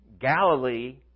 Galilee